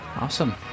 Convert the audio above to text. awesome